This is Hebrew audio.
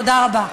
תודה רבה.